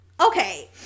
Okay